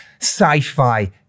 sci-fi